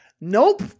Nope